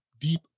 deep